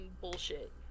bullshit